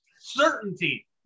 Certainty